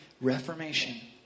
Reformation